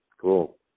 Cool